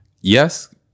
Yes